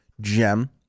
gem